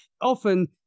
often